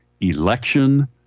election